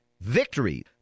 VICTORY